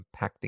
impacting